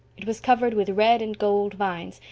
it was covered with red and gold vines,